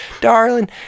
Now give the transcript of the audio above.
Darling